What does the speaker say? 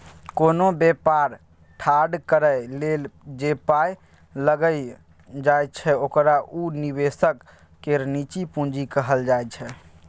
कोनो बेपार ठाढ़ करइ लेल जे पाइ लगाइल जाइ छै ओकरा उ निवेशक केर निजी पूंजी कहल जाइ छै